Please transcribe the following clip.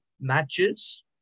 matches